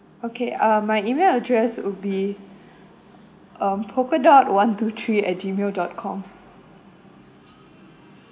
okay uh my email address would be um polka dot one two three at gmail dot com